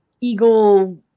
eagle